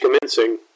commencing